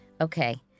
Okay